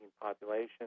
population